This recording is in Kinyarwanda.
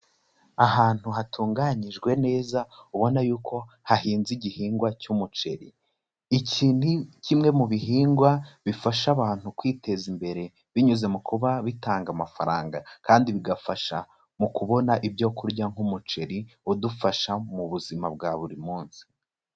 Ahantu hatunganyijwe neza ubona y'uko hahinze igihingwa cy'umuceri, iki ni kimwe mu bihingwa bifasha abantu kwiteza imbere binyuze mu kuba bitanga amafaranga kandi bigafasha mu kubona ibyo kurya nk'umuceri udufasha mu buzima bwa buri munsi.